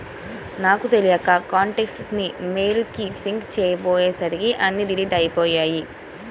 నాకు తెలియక కాంటాక్ట్స్ ని మెయిల్ కి సింక్ చేసుకోపొయ్యేసరికి అన్నీ డిలీట్ అయ్యిపొయ్యాయి